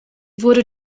wurde